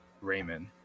Raymond